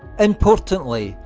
importantly,